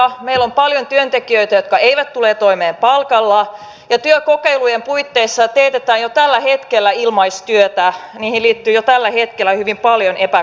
meillä on paljon työntekijöitä jotka eivät tule toimeen palkallaan ja työkokeilujen puitteissa teetetään jo tällä hetkellä ilmaistyötä niihin liittyy jo tällä hetkellä hyvin paljon epäkohtia